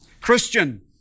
Christian